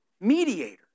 mediator